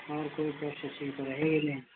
और कोई तो रहेगा नहीं